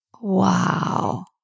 Wow